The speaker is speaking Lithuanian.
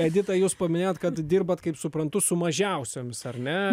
edita jūs paminėjot kad dirbat kaip suprantu su mažiausiomis ar ne